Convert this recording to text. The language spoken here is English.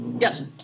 Yes